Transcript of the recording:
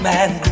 Man